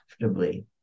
comfortably